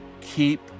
keep